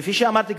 כפי שאמרתי,